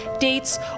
dates